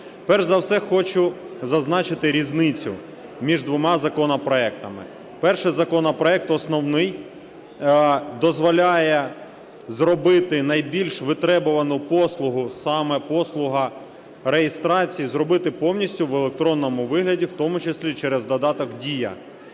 Перш за все хочу зазначити різницю між двома законопроектами. Перший законопроект основний дозволяє зробити найбільш витребувану послугу, саме послугу реєстрації зробити повністю в електронному вигляді, в тому числі і через додаток "Дія".